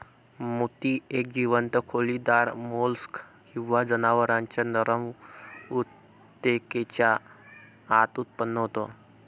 मोती एक जीवंत खोलीदार मोल्स्क किंवा जनावरांच्या नरम ऊतकेच्या आत उत्पन्न होतो